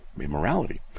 immorality